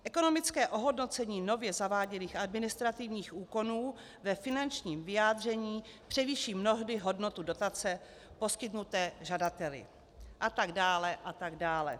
Ekonomické ohodnocení nově zaváděných administrativních úkonů ve finančním vyjádření převýší mnohdy hodnotu dotace poskytnuté žadateli, a tak dále a tak dále.